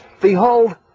Behold